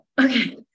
okay